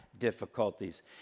difficulties